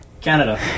Canada